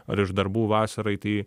ar iš darbų vasarai tai